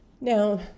now